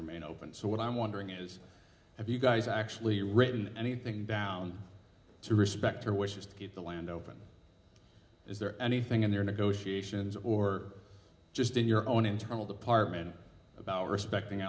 remain open so what i'm wondering is have you guys actually written anything down to respect her wishes to keep the land open is there anything in their negotiations or just in your own internal department about respecting